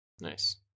Nice